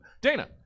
Dana